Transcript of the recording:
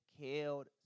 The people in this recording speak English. killed